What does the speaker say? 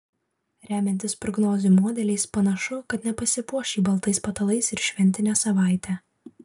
remiantis prognozių modeliais panašu kad nepasipuoš ji baltais patalais ir šventinę savaitę